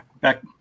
back